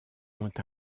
ont